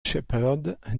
shepherd